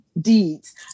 deeds